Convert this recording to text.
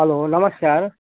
hello नमस्कार